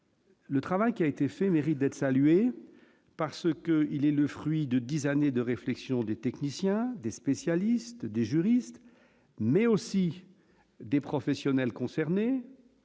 le travail qui a été fait, mérite d'être salué, parce qu'il est le fruit de 10 années de réflexion, des techniciens, des spécialistes, des juristes, mais aussi des professionnels concernés,